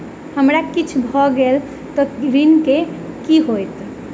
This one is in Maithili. हमरा किछ भऽ गेल तऽ ऋण केँ की होइत?